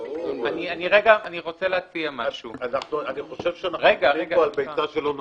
אני חושב שאנחנו דנים פה על ביצה שלא נולדה.